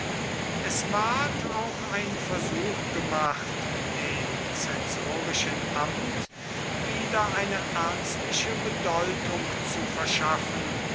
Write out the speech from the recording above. es ward auch ein versuch gemacht dem zensorischen amt wieder eine ernstliche bedeutung zu verschaffen